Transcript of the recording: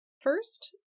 First